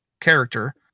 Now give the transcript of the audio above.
character